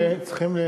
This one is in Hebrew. אנחנו צריכים,